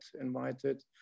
invited